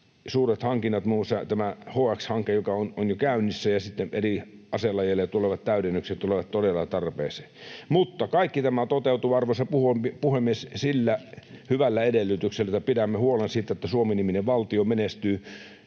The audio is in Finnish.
Suuret hankinnat, muun muassa tämä HX-hanke, joka on jo käynnissä, ja eri aselajeille tulevat täydennykset tulevat todella tarpeeseen. Mutta kaikki tämä toteutuu, arvoisa puhemies, sillä hyvällä edellytyksellä, että pidämme huolen siitä, että Suomi-niminen valtio menestyy